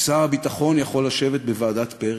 ושר הביטחון יכול לשבת בוועדת פרי